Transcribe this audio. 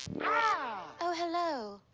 ah! oh, hello.